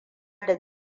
da